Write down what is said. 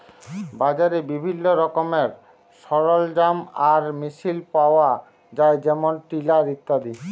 বাজারে বিভিল্ল্য রকমের সরলজাম আর মেসিল পাউয়া যায় যেমল টিলার ইত্যাদি